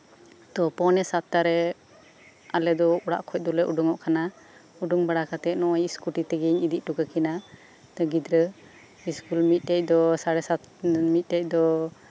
ᱛᱳ ᱯᱳᱭᱱᱮ ᱥᱟᱛᱴᱟᱨᱮ ᱟᱞᱮᱫᱚ ᱚᱲᱟᱜ ᱠᱷᱚᱱ ᱫᱚᱞᱮ ᱩᱰᱩᱠᱚᱜ ᱠᱟᱱᱟ ᱩᱰᱩᱠ ᱵᱟᱲᱟ ᱠᱟᱛᱮᱜ ᱱᱚᱜ ᱚᱭ ᱥᱠᱩᱴᱤ ᱛᱮᱜᱮᱧ ᱤᱫᱤ ᱦᱚᱴᱚ ᱠᱟᱹᱠᱤᱱᱟ ᱜᱤᱫᱽᱨᱟᱹ ᱢᱤᱫᱴᱮᱡ ᱫᱚ ᱥᱟᱲᱮ ᱥᱟᱛ